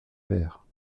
pair